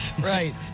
Right